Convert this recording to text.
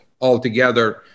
altogether